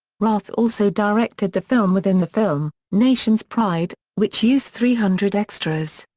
roth also directed the film-within-the-film, nation's pride, which used three hundred extras.